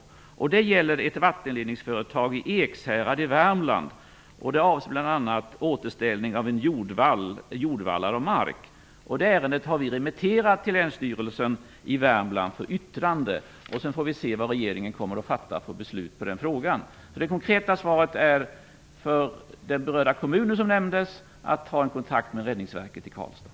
Det gäller ett vattenledningsföretag i Ekshärad i Värmland och avser bl.a. återställning av jordvallar och mark. Det ärendet har vi remitterat till Länsstyrelsen i Värmland för yttrande. Sedan får vi se vilket beslut regeringen kommer att fatta i frågan. Det konkreta svaret är att den berörda kommunen skall ta kontakt med Räddningsverket i Karlstad.